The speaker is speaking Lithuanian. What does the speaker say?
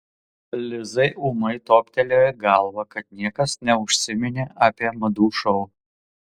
lizai ūmai toptelėjo į galvą kad niekas neužsiminė apie madų šou